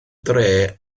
dre